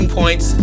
points